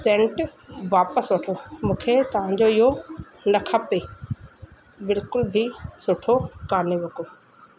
Saint वापसि वठो मूंखे तव्हांजो इहो न खपे बिल्कुल बि सुठो कोन्हे को